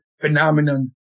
phenomenon